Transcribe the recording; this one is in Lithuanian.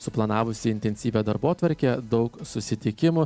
suplanavusi intensyvią darbotvarkę daug susitikimų